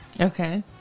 Okay